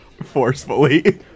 Forcefully